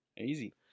Easy